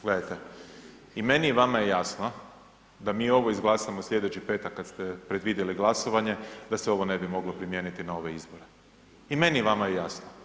Gledajte, i mini i vama je jasno da mi ovo izglasamo sljedeći petak kada ste predvidjeli glasovanje da se ovo ne bi moglo primijeniti na ove izbore i meni i vama je jasno.